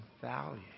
value